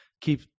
keep